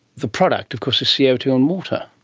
the product of course is c o two and water.